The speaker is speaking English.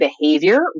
behavior